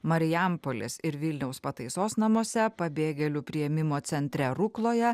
marijampolės ir vilniaus pataisos namuose pabėgėlių priėmimo centre rukloje